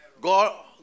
God